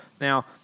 Now